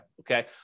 Okay